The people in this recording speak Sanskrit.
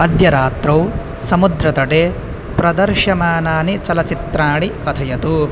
अद्य रात्रौ समुद्रतटे प्रदर्श्यमानानि चलचित्राणि कथयतु